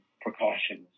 precautions